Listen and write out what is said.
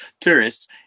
tourists